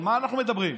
על מה אנחנו מדברים?